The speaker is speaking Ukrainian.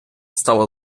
стало